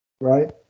right